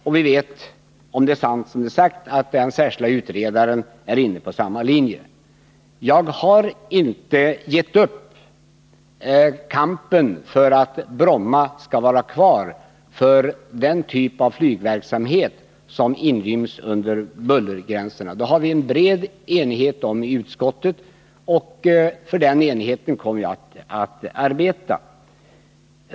Om det är sant som det är sagt, så är den särskilda utredaren inne på samma linje. Jag har inte gett upp kampen för att Bromma skall finnas kvar för den typ av flygverksamhet som inryms under bullergränserna. Om detta råder en bred enighet i utskottet, och jag kommer att arbeta för att den enigheten skall bestå.